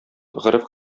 гореф